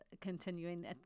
continuing